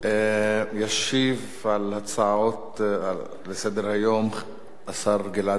ישיב על ההצעות לסדר-היום השר גלעד ארדן,